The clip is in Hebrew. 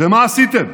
ומה עשיתם?